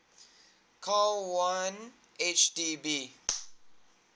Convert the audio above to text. call one H_D_B